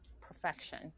perfection